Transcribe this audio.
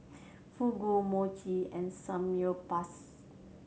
Fugu Mochi and Samgyeopsal